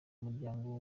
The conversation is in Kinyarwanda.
muryango